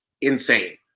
insane